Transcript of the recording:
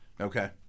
Okay